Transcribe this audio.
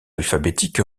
alphabétique